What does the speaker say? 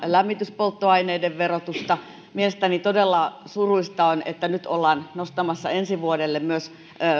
lämmityspolttoaineiden verotusta mielestäni todella surullista on että nyt ollaan nostamassa ensi vuodelle myös